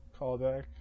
Callback